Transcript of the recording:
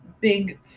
big